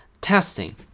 testing